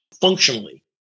functionally